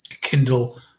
kindle